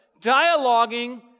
dialoguing